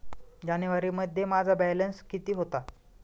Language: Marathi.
जानेवारीमध्ये माझा बॅलन्स किती होता?